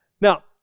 Now